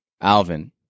Alvin